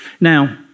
Now